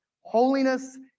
holiness